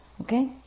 okay